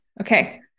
Okay